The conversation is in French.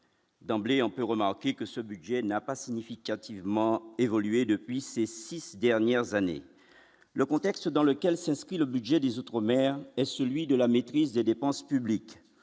blé on peut remarquer que ce budget n'a pas significativement évolué depuis ces 6 dernières années, le contexte dans lequel s'inscrit le budget des outre-mer et celui de la maîtrise des dépenses publiques